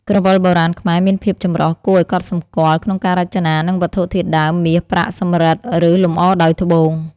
ក្រវិលបុរាណខ្មែរមានភាពចម្រុះគួរឱ្យកត់សម្គាល់ក្នុងការរចនា និងវត្ថុធាតុដើម (មាស ប្រាក់ សំរឹទ្ធិ ឬលម្អដោយត្បូង)។